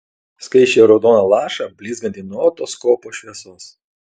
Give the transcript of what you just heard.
skaisčiai raudoną lašą blizgantį nuo otoskopo šviesos